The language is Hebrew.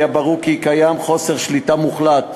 היה ברור כי קיים חוסר שליטה מוחלט